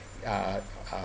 uh uh